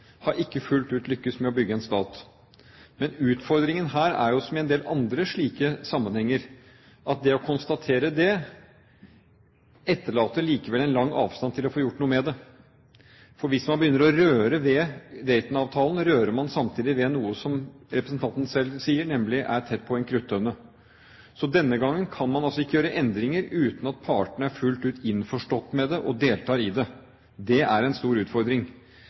ikke fullt ut har lyktes med å bygge en stat. Men utfordringen her er jo, som i en del andre slike sammenhenger, at det å konstatere det likevel etterlater en lang avstand til å få gjort noe med det. For hvis man begynner å røre ved Dayton-avtalen, rører man samtidig ved noe som representanten selv sier er tett på en kruttønne. Denne gangen kan man altså ikke gjøre endringer uten at partene er fullt ut innforstått med det og deltar i det. Det er en stor utfordring.